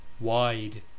Wide